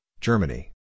Germany